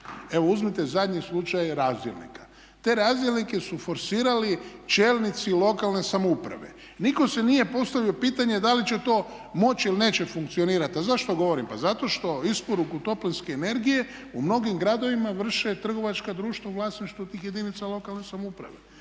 Evo uzmite zadnji slučaj razdjelnika. Te razdjelnike su forsirali čelnici lokalne samouprave. Nitko si nije postavio pitanje da li će to moći ili neće funkcionirati. A zašto to govorim? Pa zato što isporuku toplinske energije u mnogim gradovima vrše trgovačka društva u vlasništvu tih jedinica lokalne samouprave.